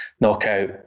knockout